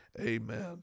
Amen